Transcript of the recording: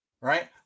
Right